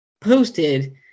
posted